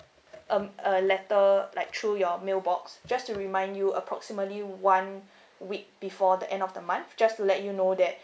um a letter like through your mailbox just to remind you approximately one week before the end of the month just to let you know that